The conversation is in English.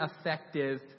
effective